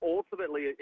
Ultimately